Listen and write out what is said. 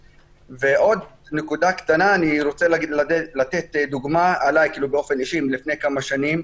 עוד נקודה קטנה אני רוצה לתת דוגמה עלי באופן אישי מלפני כמה שנים,